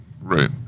Right